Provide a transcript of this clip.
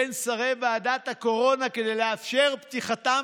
בין שרי ועדת הקורונה כדי לאפשר פתיחתם